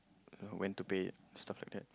when to pay and stuff like that